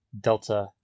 Delta